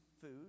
food